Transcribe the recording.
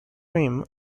rim